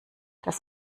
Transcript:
das